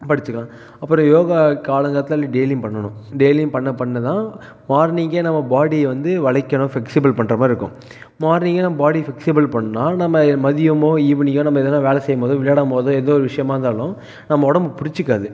படித்துக்கலாம் அப்புறம் யோகா காலங்கார்த்தால டெய்லியும் பண்ணணும் டெய்லியும் பண்ண பண்ண தான் மார்னிங்கே நம்ம பாடியை வந்து வளைக்கணும் ஃபிளேக்சிபில் பண்ணுற மாதிரி இருக்கும் மார்னிங்கே நம்ம பாடியை ஃபிளேக்சிபில் பண்ணால் நம்ம மதியமோ ஈவ்னிங்கோ நம்ம எதுனா வேலை செய்யும் போது விளையாடும் போதோ எந்த ஒரு விஷயமாக இருந்தாலும் நம்ம உடம்பு பிடிச்சிக்காது